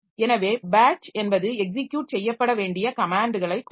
எனவே பேட்ச் என்பது எக்ஸிக்யுட் செய்யப்பட வேண்டிய கமேன்ட்களை கொடுக்கும்